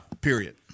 period